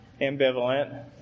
Ambivalent